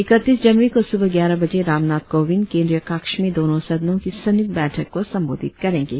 इकतीस जनवरी को सुबह ग्यारह बजे रामनाथ कोविंद केंद्रीय कक्ष में दोनों सदनों की संयुक्त बैठक को संबोधित करेंगे